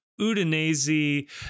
Udinese